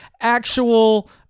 actual